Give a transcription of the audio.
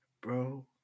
bro